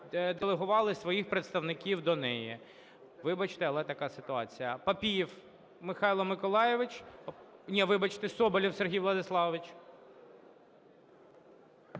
делегували своїх представників до неї. Вибачте, але така ситуація.